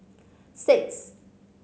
six